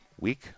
week